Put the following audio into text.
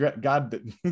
god